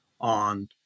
on